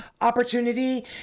opportunity